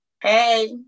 Hey